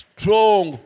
Strong